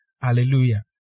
Hallelujah